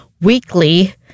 weekly